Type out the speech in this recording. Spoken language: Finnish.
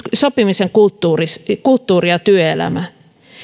sopimisen kulttuuria työelämään